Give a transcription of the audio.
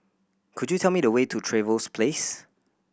could you tell me the way to Trevose Place